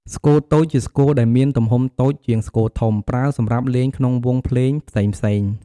ស្គរតូច ជាស្គរដែលមានទំហំតូចជាងស្គរធំ ប្រើសម្រាប់លេងក្នុងវង់ភ្លេងផ្សេងៗ។